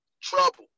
Trouble